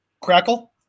crackle